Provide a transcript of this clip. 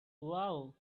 wow